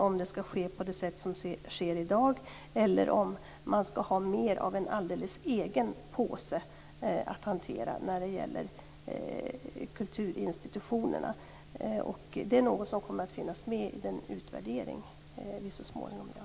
Skall det ske på samma sätt som i dag, eller skall man på kulturinstitutionerna mera få hantera sin egen påse? Det är något som kommer att finnas med i den utvärdering som vi så småningom gör.